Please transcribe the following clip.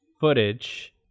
footage